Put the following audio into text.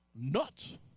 nuts